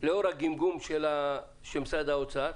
לאור הגמגום של משרד האוצר,